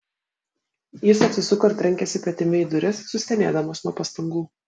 jis apsisuko ir trenkėsi petimi į duris sustenėdamas nuo pastangų